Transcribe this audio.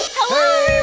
hello